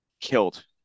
killed